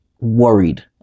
worried